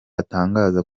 atangaza